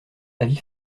avis